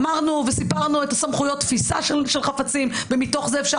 אמרנו וסיפרנו את סמכויות התפיסה של חפצים ומתוך זה אפשר